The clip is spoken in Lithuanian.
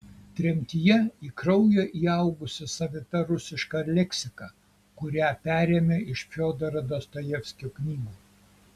tremtyje į kraują įaugusi savita rusiška leksika kurią perėmė iš fiodoro dostojevskio knygų